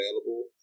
available